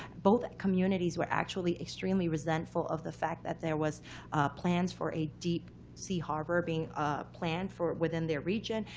both communities were actually extremely resentful of the fact that there was plans for a deep sea harbor being planned for within their region.